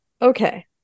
Okay